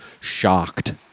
shocked